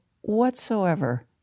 whatsoever